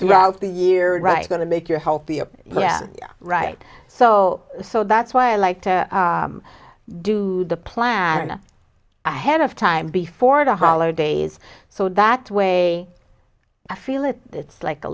throughout the year right going to make your healthier right so so that's why i like to do the plan ahead of time before the holidays so that way i feel that it's like a